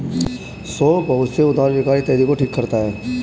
सौंफ बहुत से उदर विकार इत्यादि को ठीक करता है